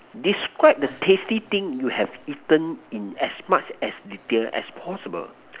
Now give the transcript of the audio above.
describe the tasty thing you have eaten in as much as detail as possible